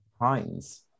heinz